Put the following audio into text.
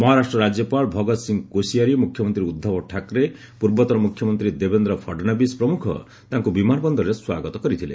ମହାରାଷ୍ଟ୍ର ରାଜ୍ୟପାଳ ଭଗତ୍ ସିଂହ କୋଶିଆରୀ ମ୍ରଖ୍ୟମନ୍ତ୍ରୀ ଉଦ୍ଧବ୍ ଠାକ୍ରେ ପୂର୍ବତନ ମୁଖ୍ୟମନ୍ତ୍ରୀ ଦେବେନ୍ଦ୍ର ଫଡ୍ନବୀଶ ପ୍ରମୁଖ ତାଙ୍କୁ ବିମାନ ବନ୍ଦରରେ ସ୍ୱାଗତ କରିଥିଲେ